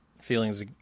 feelings